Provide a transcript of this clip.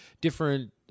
different